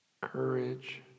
courage